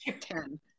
ten